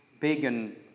pagan